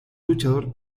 luchador